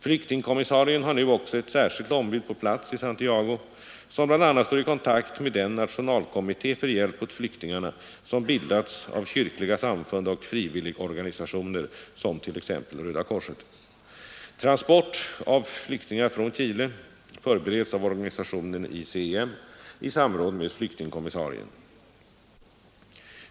Flyktingkommissarien har nu också ett särskilt ombud på plats i Santiago som bl.a. står i kontakt med den nationalkommitté för hjälp åt flyktingarna som bildats av kyrkliga samfund och frivilligorganisationer, t.ex. Röda korset. Transport av flyktingar från Chile förbereds av organisationen ICEM i samråd med flyktingkommissarien.